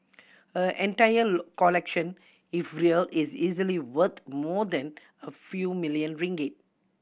her entire collection if real is easily worth more than a few million ringgit